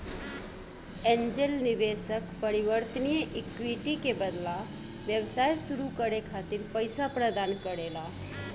angel निवेशक परिवर्तनीय equity के बदला व्यवसाय सुरू करे खातिर पईसा प्रदान करेला